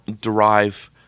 derive –